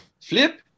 flip